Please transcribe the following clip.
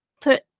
put